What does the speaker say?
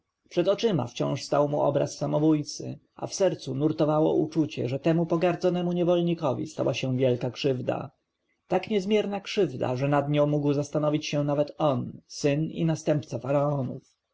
przed oczyma wciąż stał mu obraz samobójcy a w sercu nurtowało uczucie że temu pogardzonemu niewolnikowi stała się wielka krzywda tak niezmierna krzywda że nad nią mógł zastanawiać się nawet on syn i następca